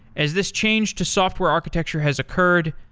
as this changed to software architecture has occurred,